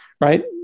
right